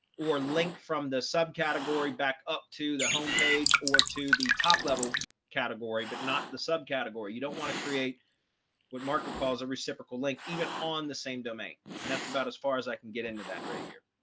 or link from the subcategory back up to the homepage or to the top level category but not the subcategory. you don't want to create what marco calls a reciprocal link even on the same domain. and that's about as far as i can get into that right here.